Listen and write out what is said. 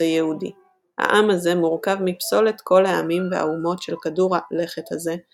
את היהודי; העם הזה מורכב מפסולת כל העמים והאומות של כדור הלכת הזה,